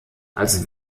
als